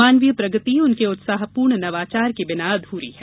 मानवीय प्रगति उनके उत्साहपूर्ण नवाचार के बिना अध्री है